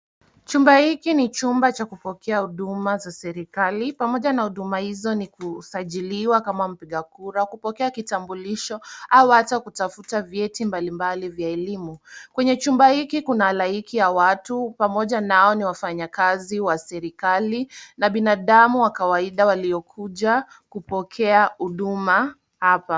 Chumba hiki ni chumba cha kupokea huduma za serikali pamoja na huduma hizo ni kusajiliwa kama mpiga kura, kupokea kitambulisho au hata kutafuta vyeti mbalimbali vya elimu. Kwenye chumba hiki kuna halaiki ya watu pamoja nao ni wafanyikazi wa serikali na binadamu wa kawaida waliokuja kupokea huduma hapa.